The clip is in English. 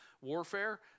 warfare